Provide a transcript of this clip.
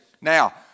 Now